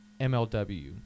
MLW